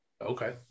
Okay